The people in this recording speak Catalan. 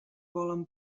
volen